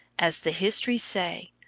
as the histories say,